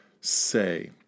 say